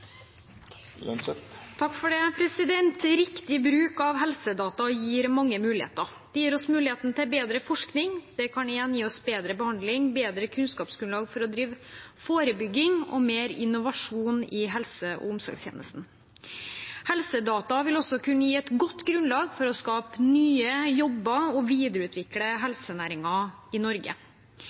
Riktig bruk av helsedata gir mange muligheter. Det gir oss muligheten til bedre forskning. Det kan igjen gi oss bedre behandling, bedre kunnskapsgrunnlag for å drive forebygging og mer innovasjon i helse- og omsorgstjenesten. Helsedata vil også kunne gi et godt grunnlag for å skape nye jobber og videreutvikle helsenæringen i Norge.